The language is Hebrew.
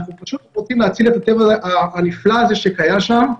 אנחנו פשוט רוצים להציל את הטבע הנפלא הזה שקיים שם.